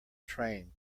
train